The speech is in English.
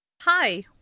Hi